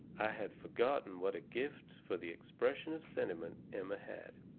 i had forgotten what a gift for the expression of sentiment emma had.